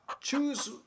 choose